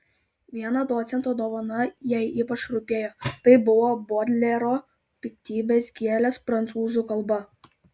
viena docento dovana jai ypač rūpėjo tai buvo bodlero piktybės gėlės prancūzų kalba